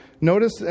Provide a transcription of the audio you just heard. notice